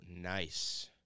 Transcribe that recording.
nice